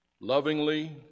lovingly